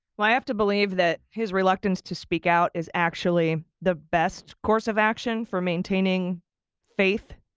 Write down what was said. well, i have to believe that his reluctance to speak out is actually the best course of action for maintaining faith,